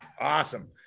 Awesome